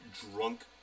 drunk